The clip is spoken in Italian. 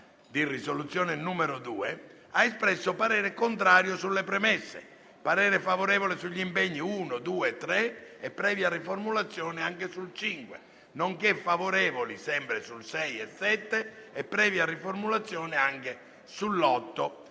il Governo ha espresso parere contrario sulle premesse e parere favorevole sugli impegni 1, 2, 3 e, previa riformulazione, anche sul 5, nonché favorevole sul 6 e 7 e, previa riformulazione, anche sull'8.